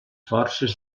forces